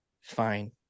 Fine